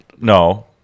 No